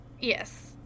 Yes